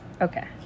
Okay